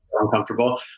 uncomfortable